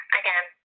again